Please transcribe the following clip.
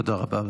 תודה רבה.